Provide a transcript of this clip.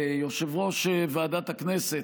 יושב-ראש ועדת הכנסת.